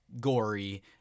gory